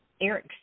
Eric